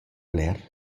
bler